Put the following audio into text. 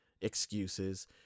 excuses